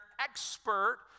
expert